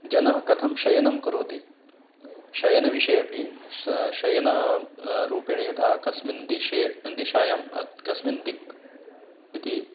जनः कथं शयनं करोति शयनविषये अपि स शयनं रूपेण यथा कस्मिन् दिशि दिशि कस्मिन् दिशि इति